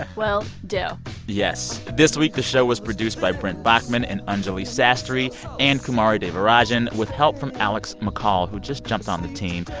ah do yes. this week, the show was produced by brent baughman and anjuli sastry and kumari devarajan with help from alex mccall, who just jumped on the team.